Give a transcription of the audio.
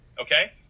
Okay